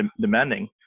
demanding